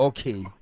Okay